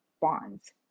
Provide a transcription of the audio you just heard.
bonds